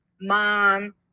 mom